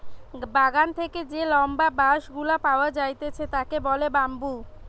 বাগান থেকে যে লম্বা বাঁশ গুলা পাওয়া যাইতেছে তাকে বলে বাম্বু